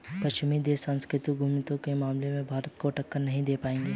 पश्चिमी देश सांस्कृतिक उद्यमिता के मामले में भारत को टक्कर नहीं दे पाएंगे